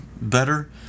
better